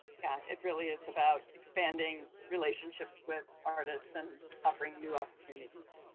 yeah, it really is about expanding relationships with artists and offering new opportunities.